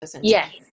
Yes